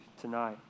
tonight